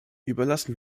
überlassen